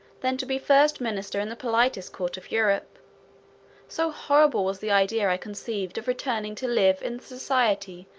than to be first minister in the politest court of europe so horrible was the idea i conceived of returning to live in the society,